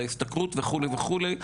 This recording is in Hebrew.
בהשתכרות וכו' וכו',